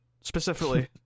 specifically